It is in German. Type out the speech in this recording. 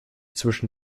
zwischen